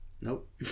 Nope